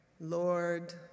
Lord